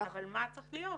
אבל מה צריך להיות?